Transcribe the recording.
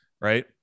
right